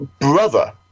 brother